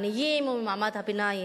מהעניים ומעמד הביניים.